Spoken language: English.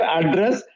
address